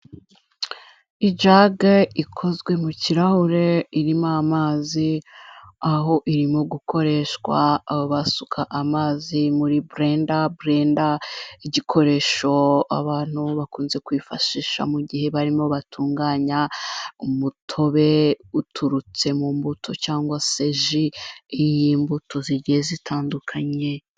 Ijage ikozwe mu kirahure irimo amazi aho irimo gukoreshwa basuka amazi muri burenda, burenda igikoresho abantu bakunze kwifashisha mu gihe barimo batunganya umutobe uturutse mu mbuto cyangwa se ji y'imbuto zigiye zitandukanye.